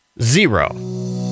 zero